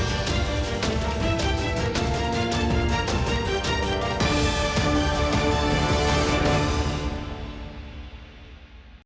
Дякую.